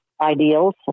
ideals